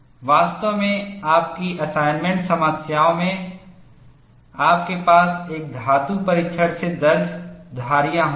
वास्तव में आपकी असाइनमेंट समस्याओं में आपके पास एक धातु परीक्षण से दर्ज धारीयां होंगे